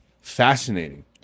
Fascinating